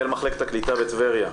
אדוני היושב-ראש,